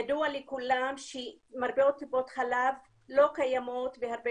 ידוע לכולם שמרפאות טיפות חלב לא קיימות בהרבה